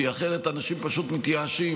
כי אחרת אנשים פשוט מתייאשים,